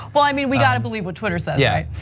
well, i mean, we gotta believe what twitter said. yeah,